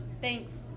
Thanks